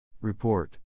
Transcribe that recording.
Report